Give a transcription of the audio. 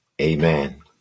Amen